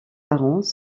parents